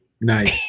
Nice